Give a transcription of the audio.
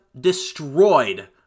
destroyed